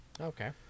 Okay